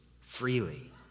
freely